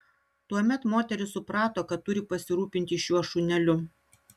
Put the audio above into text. tuomet moteris suprato kad turi pasirūpinti šiuo šuneliu